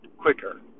quicker